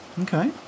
Okay